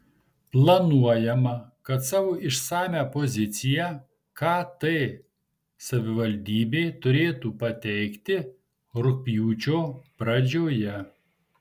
planuojama kad savo išsamią poziciją kt savivaldybė turėtų pateikti rugpjūčio pradžioje